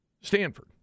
Stanford